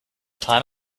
time